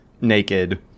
naked